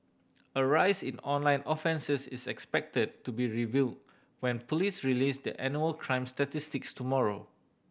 a rise in online offences is expected to be reveal when police release their annual crime statistics tomorrow